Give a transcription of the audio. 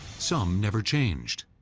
some never changed.